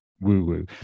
woo-woo